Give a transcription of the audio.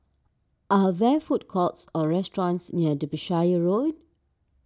are there food courts or restaurants near Derbyshire Road